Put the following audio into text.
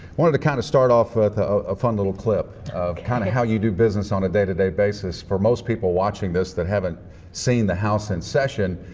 wanted to kind of start off with ah a fun little clip of kind of how you do business on a day-to-day basis. for most people watching this that haven't seen the house in session,